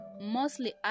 mostly